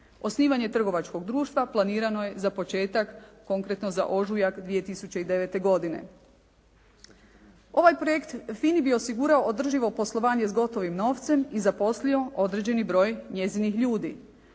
Osnivanje trgovačkog društva planirano je za početak konkretno za ožujak 2009. godine. Ovaj projekt FINA-i bi osigurao održivo poslovanje s gotovim novcem i zaposlio određeni broj njezinih ljudi.